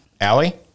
Allie